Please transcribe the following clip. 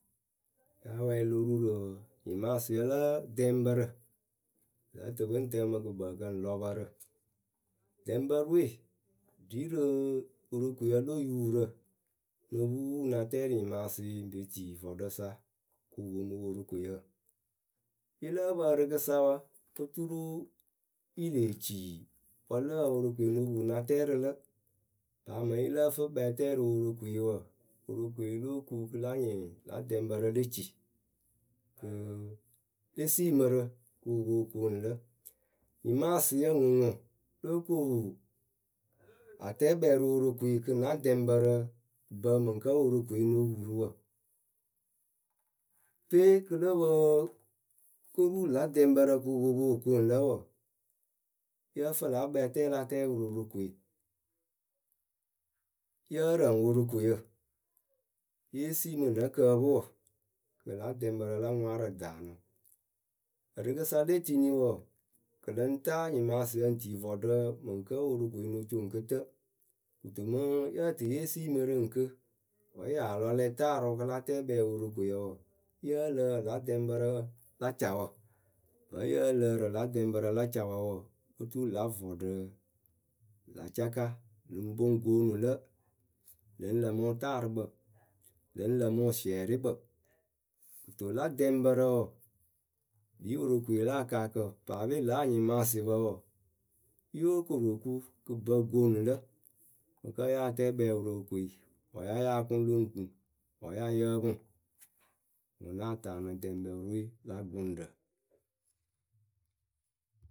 Náa wɛɛlɩ lo ru rɨ nyɩmaasɩyǝ lǝ́ǝ dɛŋpǝrǝ pɨ lǝ́ǝ tɨ pɨ ŋ tɛŋ wɨ mɨ kɨkpǝǝkǝ lɔpǝrǝ, dɛŋbǝrɨwe ɖi rɨɨ Worokoyǝ lo yupurǝ.,ŋ no pupu ŋ na tɛɛ rɨ nyɩmaasɩɩ ŋ pe tii vɔɔɖɨsa kɨ wɨ poŋ mɨ Worokoyǝ Yɨ lǝ́ǝ pǝ ǝrɨkɨsa wa, oturu yɨ lee ci wǝ lǝ wǝ Worokoe ŋ no pu na tɛɛ rɨ lǝ Paa mɨŋ yɨ lǝ fɨ kpɛɛtɛɛ rɨ Worokoyǝ wǝǝ, Worokoe lóo ku kɨ la nyɩŋ lǎ dɛŋbǝrǝ le ci Kɨɨ le siimɨ rɨ kɨ wɨ poŋ wɨ koonu lǝ, nyɩmaasɩyǝ ŋwʊŋwʊ lóo koru, a tɛɛ kpɛɛ rɨ Worokoe kɨ na dɛŋbǝrǝ bǝ mɨŋ kǝ́ Worokoe ŋ no pu rɨ wǝ Pe kɨ lǝ pǝ ko ru lǎ dɛŋbǝrǝ kɨ wɨ po poŋ wɨ kooŋ lǝ wɔɔ, yǝ́ǝ fɨ lǎ kpɛɛtɛɛwǝ la tɛɛ rɨ Worokoe Yǝ́ǝ rǝŋ Worokoyǝ, yée siimɨ nǝ kǝǝpɨwǝ kɨ lǎ dɛŋbǝrǝ la ŋwaarǝ daanɨ.,Ǝrɨkɨsa le tini wɔɔ, kɨ lɨŋ taa nyɩmaasɩyǝ ŋ tii vɔɔɖǝ mɨŋ kǝ́ Worokoe no co ŋwɨ kɨtǝ Kɨto mɨŋ yǝ tɨ yée siimɨ rɨ ŋkɨ, wǝ́ yaa lɔ lɛtaarɨʊ kɨ la tɛɛ kpɛɛ Worokoyǝ wɔɔ, yǝ́ǝ lǝǝ lǎ dɛŋbǝrǝǝ la cawǝ, vǝ́ yǝ lǝǝrɨ lǎ dɛŋbǝrǝ la cawǝ wɔɔ, oturu lǎ vɔɔɖǝǝ, la caka lɨŋ poŋ goonu lǝ, lɨŋ lǝmɨ wɨtaarɨkpǝ, lɨŋ lǝmɨ wɨsiɛrɩkpǝ Kɨto lǎ dɛŋbǝrǝ wɔɔ, gbii Worokoe la akaakǝ, paape ŋla anyɩmaasɩpǝ wɔɔ, Yóo koru ku kɨ bǝ goonu lǝ mɨ kǝ́ ya tɛɛ kpɛɛ rɨ Worokoe wǝ́ ya yáa kʊŋlo ŋ kuŋ ŋu, Wǝ́ ya yǝ́ǝ pɨ ŋwʊ, ŋwʊ ŋ náa taanɨ dɛŋbǝrɨ we la gʊŋrǝ.